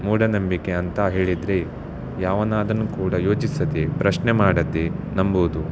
ಮೂಢನಂಬಿಕೆ ಅಂತ ಹೇಳಿದರೆ ಯಾವನಾದರು ಕೂಡ ಯೋಚಿಸದೆ ಪ್ರಶ್ನೆ ಮಾಡದೆ ನಂಬುವುದು